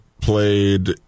played